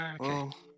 Okay